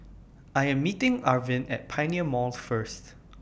I Am meeting Arvin At Pioneer Mall First